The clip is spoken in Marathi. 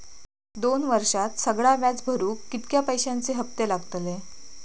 दोन वर्षात सगळा व्याज भरुक कितक्या पैश्यांचे हप्ते लागतले?